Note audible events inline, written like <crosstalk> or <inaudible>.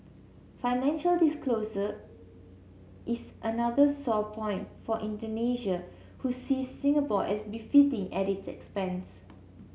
financial disclosure is another sore point for Indonesia who sees Singapore as <unintelligible> at its expense